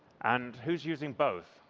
and who is using both?